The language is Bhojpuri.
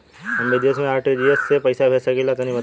हम विदेस मे आर.टी.जी.एस से पईसा भेज सकिला तनि बताई?